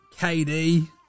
KD